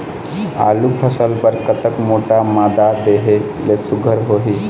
आलू फसल बर कतक मोटा मादा देहे ले सुघ्घर होही?